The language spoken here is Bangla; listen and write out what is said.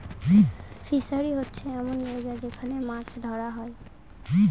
ফিসারী হচ্ছে এমন জায়গা যেখান মাছ ধরা হয়